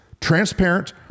transparent